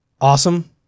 Awesome